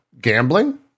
gambling